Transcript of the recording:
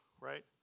right